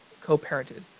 co-parented